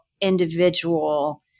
individual